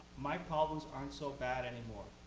my problems aren't so bad anymore.